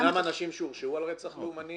ישנם אנשים שהורשעו על רצח לאומני